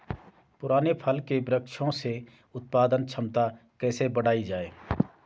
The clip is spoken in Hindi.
पुराने फल के वृक्षों से उत्पादन क्षमता कैसे बढ़ायी जाए?